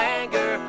anger